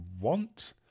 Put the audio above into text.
want